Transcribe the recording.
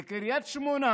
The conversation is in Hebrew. // בקריית שמונה